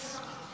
אפס.